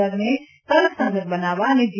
દરને તર્કસંગત બનાવવા અને જી